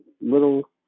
little